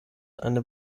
eine